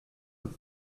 with